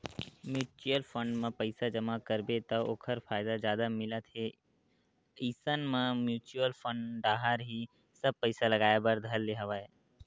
mutual fund म पइसा जमा करबे त ओखर फायदा जादा मिलत हे इसन म म्युचुअल फंड डाहर ही सब पइसा लगाय बर धर ले हवया